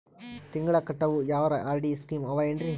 ತಿಂಗಳ ಕಟ್ಟವು ಯಾವರ ಆರ್.ಡಿ ಸ್ಕೀಮ ಆವ ಏನ್ರಿ?